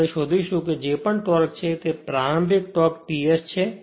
તેથી આપણે શોધીશું કે તે જે પણ ટોર્ક છે તે આ પ્રારંભિક ટોર્ક T S છે